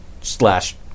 Slash